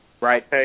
Right